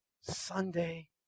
Sunday